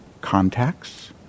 contacts